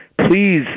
please